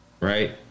Right